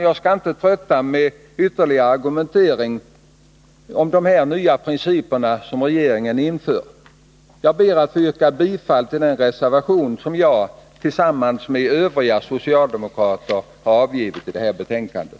Jag skall inte trötta med ytterligare argumentering mot de nya principer som regeringen inför. Jag ber att få yrka bifall till den reservation som jag tillsammans med övriga socialdemokrater i utskottet har avgivit i betänkandet.